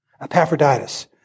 Epaphroditus